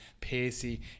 pacey